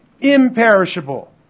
imperishable